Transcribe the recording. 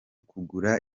kugura